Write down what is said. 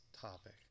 topic